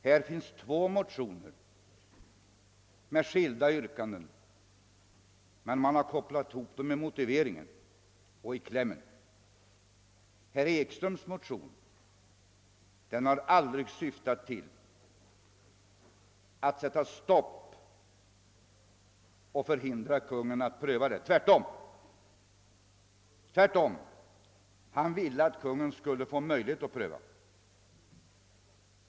Det finns två motioner med skilda yrkanden, men de har sammankopplats i motiveringen och klämmen. Herr Ekströms i Iggesund m.fl. motion har aldrig syftat till att hindra Kungl. Maj:ts prövning, utan avsikten har tvärtom varit att Kungl. Maj:t skulle få möjlighet härtill.